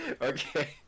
Okay